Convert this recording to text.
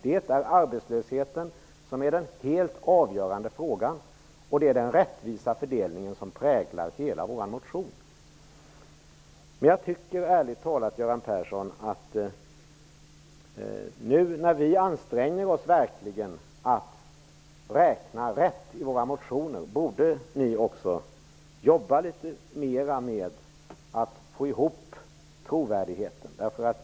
Det är arbetslösheten, som är den helt avgörande frågan, och den rättvisa fördelningen som präglar hela vår motion. Jag tycker ärligt talat att när vi nu verkligen anstränger oss för att räkna rätt i våra motioner också ni borde jobba litet mer med att få ihop trovärdigheten, Göran Persson.